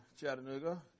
Chattanooga